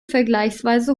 vergleichsweise